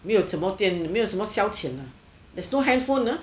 没有什么电没有什么消遣阿 there's no handphone ah